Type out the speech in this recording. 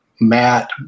Matt